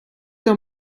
der